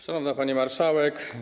Szanowna Pani Marszałek!